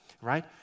right